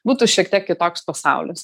būtų šiek tiek kitoks pasaulis